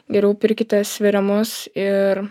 geriau pirkite sveriamus ir